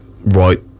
right